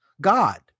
God